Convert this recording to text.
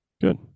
good